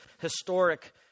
historic